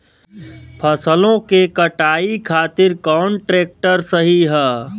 फसलों के कटाई खातिर कौन ट्रैक्टर सही ह?